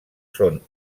són